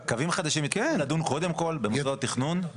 קווים חדשים יצטרכו להידון קודם כול במוסדות התכנון,